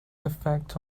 effect